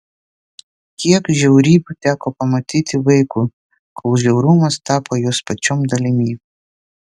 kiek žiaurybių teko pamatyti vaikui kol žiaurumas tapo jos pačios dalimi